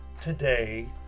today